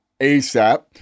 ASAP